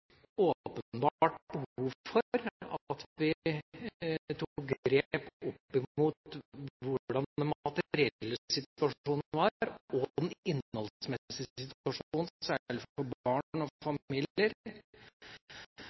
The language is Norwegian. at vi tok grep opp imot hvordan den materielle situasjonen var, og den innholdsmessige situasjonen, særlig for barn og familier,